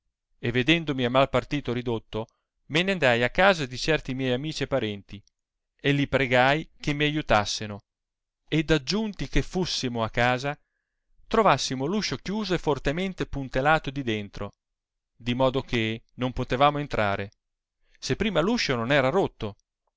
e vedendomi amai partito ridotto me n andai a casa di certi miei amici e parenti e li pregai che mi aiutasseno ed aggiunti che fussemo a casa trovassimo l'uscio chiuso e fortemente puntelato di dentro di modo che non potevamo entrare se prima l'uscio non era rotto